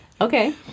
Okay